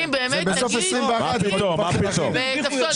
מה פתאום?